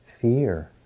fear